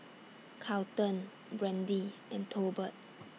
Carlton Brandee and Tolbert